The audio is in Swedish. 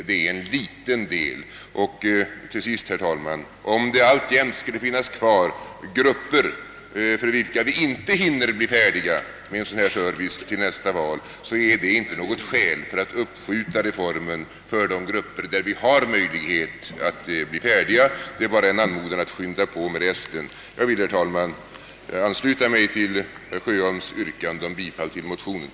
Att det finns grupper för vilka en sådan service inte hinner bli färdig till nästa val är inte något skäl att uppskjuta reformen för de grupper för vilka vi har möjlighet att genomföra den. Jag vill, herr talman, ansluta mig till herr Sjöholms yrkande om bifall till motionerna.